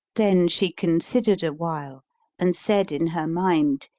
then she considered awhile and said in her mind,